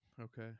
Okay